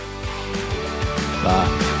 Bye